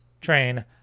train